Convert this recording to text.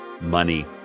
money